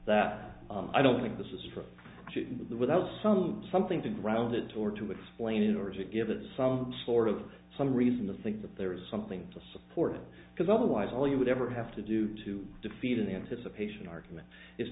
that i don't think this is for the without some something to ground it or to explain in order to give it some sort of some reason to think that there is something to support it because otherwise all you would ever have to do to defeat an anticipation argument is